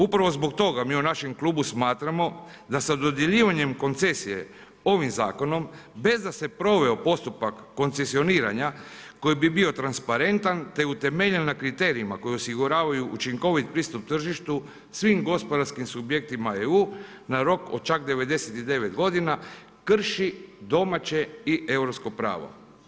Upravo zbog toga mi u našem klubu smatramo da sa dodjeljivanjem koncesije ovim zakonom, bez da se proveo postupak koncesioniranja koji bi bio transparentan te utemeljen na kriterijima koji osiguravaju učinkovit pristup tržištu, svim gospodarskim subjektima EU na rok od čak 99 godina krši domaće i Europsko pravo.